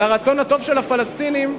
לרצון הטוב של הפלסטינים,